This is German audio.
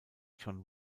john